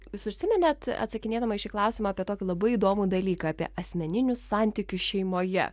jūs užsiminėt atsakinėdama į šį klausimą apie tokį labai įdomų dalyką apie asmeninius santykius šeimoje